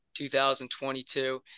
2022